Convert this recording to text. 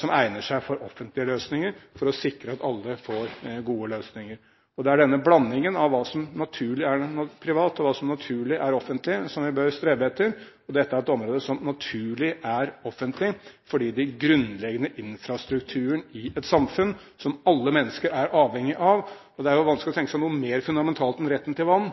som egner seg for offentlige løsninger, for å sikre at alle får gode løsninger. Det er denne blandingen av hva som naturlig er privat, og hva som naturlig er offentlig, som vi bør strebe etter. Dette er et område som naturlig er offentlig, fordi det er den grunnleggende infrastrukturen i et samfunn som alle mennesker er avhengig av, og det er vanskelig å tenke seg noe mer fundamentalt enn retten til vann.